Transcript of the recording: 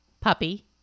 Puppy